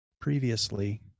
previously